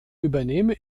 übernehme